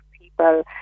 people